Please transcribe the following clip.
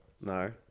No